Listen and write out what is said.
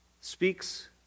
speaks